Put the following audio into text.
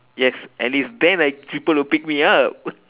yes and it's damn like people will pick me up